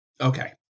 Okay